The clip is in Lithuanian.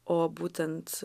o būtent